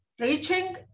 reaching